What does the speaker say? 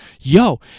yo